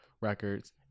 records